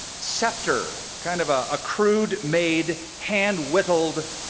scepter, kind of a crude made, hand-whittled